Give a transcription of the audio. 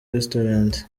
restaurant